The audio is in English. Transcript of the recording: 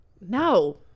No